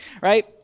right